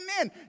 Amen